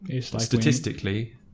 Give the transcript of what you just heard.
statistically